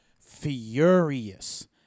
furious